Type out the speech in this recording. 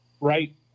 Right